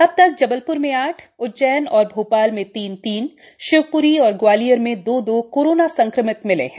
अब तक जबलप्र में आठए उज्जैन और भोपाल में तीन तीनए शिवप्री और ग्वालियर में दो दो कोरोना संक्रमित मिलें हैं